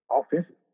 offensive